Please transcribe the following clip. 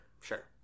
sure